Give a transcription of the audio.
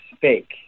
fake